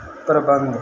ਪ੍ਰਬੰਧ